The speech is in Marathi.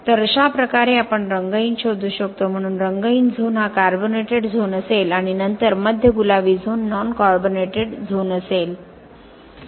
तर अशाप्रकारे आपण रंगहीन शोधू शकतो म्हणून रंगहीन झोन हा कार्बोनेटेड झोन असेल आणि नंतर मध्य गुलाबी झोन नॉन कार्बोनेटेड झोन असेल